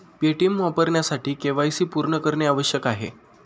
Paytm वापरण्यासाठी KYC पूर्ण करणे आवश्यक आहे